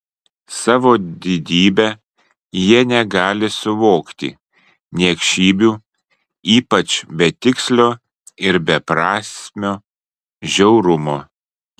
savo didybe jie negali suvokti niekšybių ypač betikslio ir beprasmio žiaurumo